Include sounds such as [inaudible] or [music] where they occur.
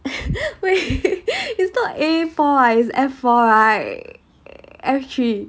[laughs] wait is not a four ah is F four right F three